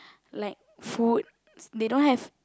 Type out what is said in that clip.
like food they don't have